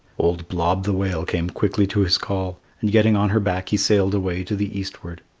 old blob the whale came quickly to his call, and getting on her back he sailed away to the eastward.